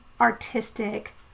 artistic